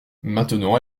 maintenant